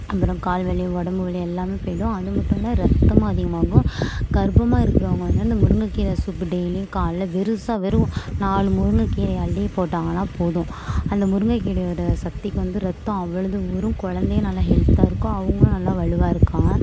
அப்புறம் கால் வலி உடம்பு வலி எல்லாமே போய்டும் அது மட்டும் இல்லை ரத்தமும் அதிகமாகும் கர்ப்பமா இருக்கிறவங்க வந்து இந்த முருங்கக்கீரை சூப்பு டெய்லியும் காலைல வெறுசாக வெறும் நாலு முருங்கக் கீரையை அள்ளிப் போட்டாங்கன்னா போதும் அந்த முருங்கைக் கீரையோடய சக்திக்கு வந்து ரத்தம் அவ்வளவு ஊறும் குழந்தையும் நல்லா ஹெல்த்தாக இருக்கும் அவங்களும் நல்லா வலுவாக இருக்காங்க